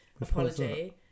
apology